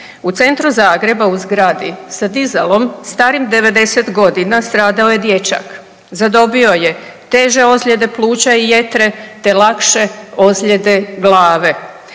U centru Zagreba u zgradi sa dizalom starim 90 godina stradao je dječak, zadobio je teže ozljede pluća i jetre te lakše ozljede glave.